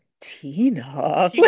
tina